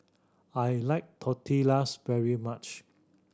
I like Tortillas very much